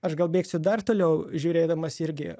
aš gal bėgsiu dar toliau žiūrėdamas irgi